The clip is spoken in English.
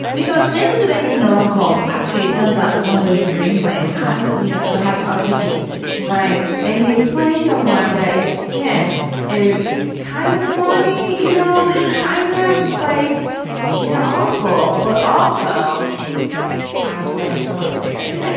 because jason sudeikis in a rom com actually it turns out is one of those dreams i had had. yeah but hadn't articulated right. and he is playing someone that again is kind of smarmy. you know he's kind of like you're awful but also i will let you come upstairs